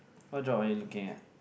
what job are you looking at